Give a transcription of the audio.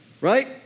Right